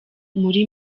muri